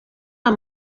amb